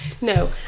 No